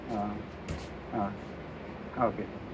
ആ ആ ഓക്കേ സാറേ